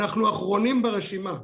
אנחנו האחרונים ברשימה.